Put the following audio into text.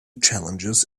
challenges